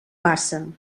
passa